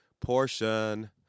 portion